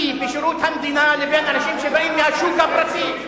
בשירות המדינה לבין אנשים שבאים מהשוק הפרטי.